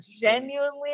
genuinely